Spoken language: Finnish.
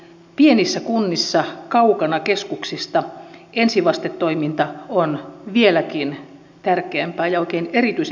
pienissä kunnissa kaukana keskuksista ensivastetoiminta on vieläkin tärkeämpää ja oikein erityisen tärkeää